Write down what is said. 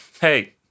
Hey